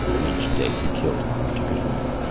and each day he killed one and took it home.